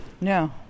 No